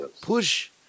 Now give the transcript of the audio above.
push